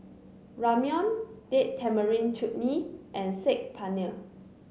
Ramyeon Date Tamarind Chutney and Saag Paneer